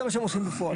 זה מה שהם עושים בפועל,